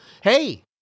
Hey